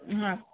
ନାଁ